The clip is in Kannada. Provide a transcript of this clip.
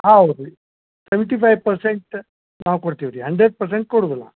ಹೌದು ರೀ ಟ್ವೆಂಟಿ ಫೈವ್ ಪರ್ಸೆಂಟ್ ನಾವು ಕೊಡ್ತಿವಿ ರೀ ಹಂಡ್ರೆಡ್ ಪರ್ಸೆಂಟ್ ಕೊಡೋದಿಲ್ಲ